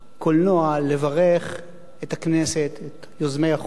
הקולנוע לברך את הכנסת, את יוזמי החוק